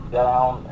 down